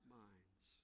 minds